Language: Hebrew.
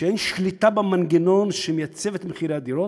כשאין שליטה במנגנון שמייצב את מחירי הדירות,